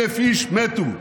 1,000 איש מתו,